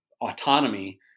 autonomy